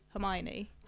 Hermione